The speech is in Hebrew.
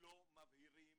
לא מבהירים